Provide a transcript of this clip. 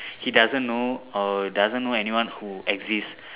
he doesn't know or doesn't know anyone who exist